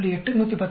8 119